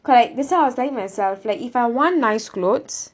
correct that's why I was telling myself like if I want nice clothes